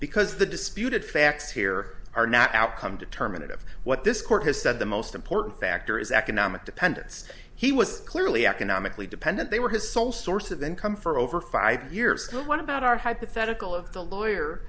because the disputed facts here are not outcome determinative what this court has said the most important factor is economic dependence he was clearly economically dependent they were his sole source of income for over five years so what about our hypothetical of the lawyer